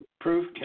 Proof